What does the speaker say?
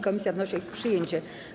Komisja wnosi o ich przyjęcie.